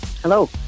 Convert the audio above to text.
Hello